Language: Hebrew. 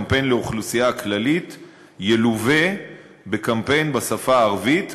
קמפיין לאוכלוסייה הכללית ילווה בקמפיין בשפה הערבית,